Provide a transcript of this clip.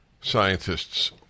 scientists